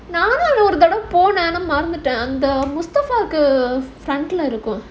நானும் ஒரு தடவை அங்க போனேன் ஆனா மறந்துட்டேன் அந்த:naanum oru thadava anga ponaen aanaa maranthutaen andha mustafa கு:ku front leh இருக்கும்:irukkum